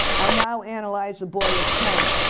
i now analyze a boy of ten,